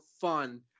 fun